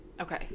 Okay